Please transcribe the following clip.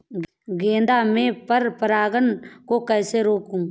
गेंदा में पर परागन को कैसे रोकुं?